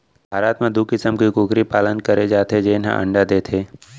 भारत म दू किसम के कुकरी पालन करे जाथे जेन हर अंडा देथे